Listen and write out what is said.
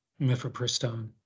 mifepristone